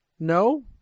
No